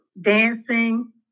dancing